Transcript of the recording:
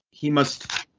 he must,